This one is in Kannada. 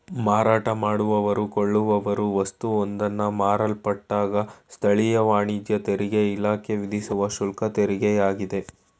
ಮಾರಾಟ ಮಾಡುವವ್ರು ಕೊಳ್ಳುವವ್ರು ವಸ್ತುವೊಂದನ್ನ ಮಾರಲ್ಪಟ್ಟಾಗ ಸ್ಥಳೀಯ ವಾಣಿಜ್ಯ ತೆರಿಗೆಇಲಾಖೆ ವಿಧಿಸುವ ಶುಲ್ಕತೆರಿಗೆಯಾಗಿದೆ